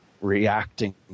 reacting